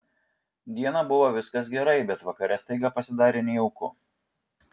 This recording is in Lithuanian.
dieną buvo viskas gerai bet vakare staiga pasidarė nejauku